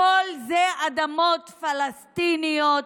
הכול זה אדמות פלסטיניות,